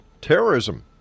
terrorism